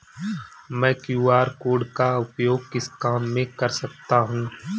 मैं QR code का उपयोग किस काम में कर सकता हूं?